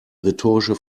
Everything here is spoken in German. rhetorische